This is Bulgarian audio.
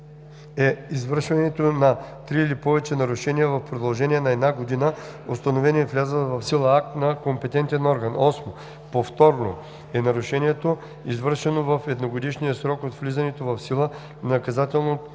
е извършването на три или повече нарушения в продължение на една година, установени с влязъл в сила акт на компетентен орган. 8. „Повторно“ е нарушението, извършено в едногодишен срок от влизането в сила на наказателното